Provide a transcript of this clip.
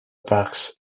parks